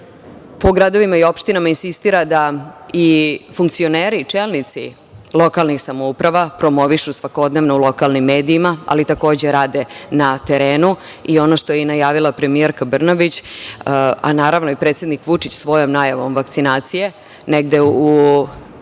po gradovima i opštinama insistira da i funkcioneri, čelnici lokalnih samouprava promovišu svakodnevno u lokalnim medijima, ali takođe rade na terenu i ono što je i najavila premijerka Brnabić, a naravno i predsednik Vučić svojom najavom vakcinacije.